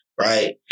right